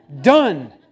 Done